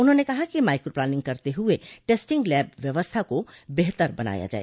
उन्होंने कहा कि माइक्रोप्लानिंग करते हुए टेस्टिंग लैब व्यवस्था को बेहतर बनाया जाए